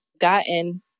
gotten